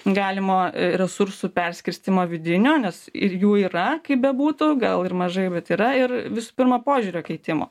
galimo resursų perskirstymo vidinio nes ir jų yra kaip bebūtų gal ir mažai bet yra ir visų pirma požiūrio keitimo